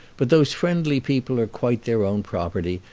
but those friendly people are quite their own property,